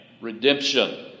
redemption